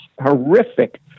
horrific